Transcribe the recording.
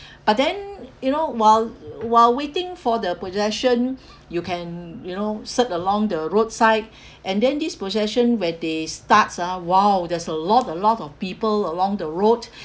but then you know while while waiting for the possession you can you know sit along the roadside and then this possession when they starts ah !wow! there's a lot a lot of people along the road